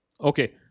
Okay